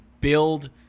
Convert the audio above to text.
build